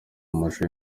amashusho